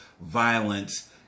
violence